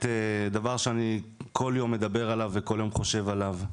דבר שאני כל יום מדבר עליו וכל יום חושב עליו.